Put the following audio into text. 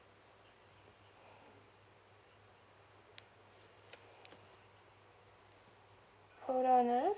hold on ah